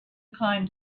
climbed